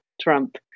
Trump